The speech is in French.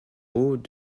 hauts